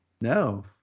No